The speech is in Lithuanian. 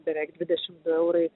beveik dvidešim du eurai